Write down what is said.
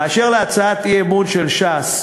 באשר להצעת אי-אמון של ש"ס,